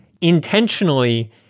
intentionally